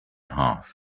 half